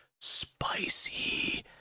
spicy